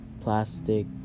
plastic